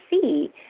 see